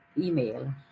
email